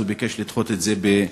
אז הוא ביקש לדחות את זה בשבוע,